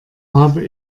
habe